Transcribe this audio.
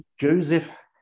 Joseph